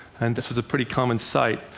and this was a pretty common sight.